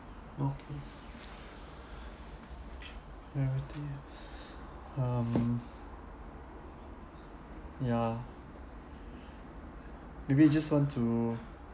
okay charity um ya maybe just want to